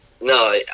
No